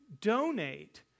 donate